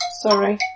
sorry